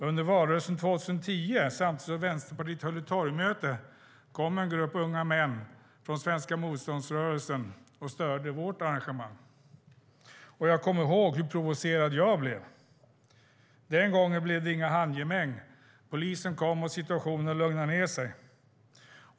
Under valrörelsen 2010, samtidigt som Vänsterpartiet höll ett torgmöte, kom en grupp unga män från Svenska motståndsrörelsen och störde vårt arrangemang. Jag kommer ihåg hur provocerad jag blev. Den gången blev det inget handgemäng. Polisen kom, och situationen lugnade ned sig.